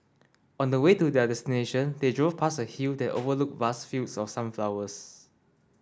on the way to their destination they drove past a hill that overlooked vast fields of sunflowers